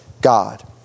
God